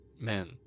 men